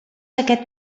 aquest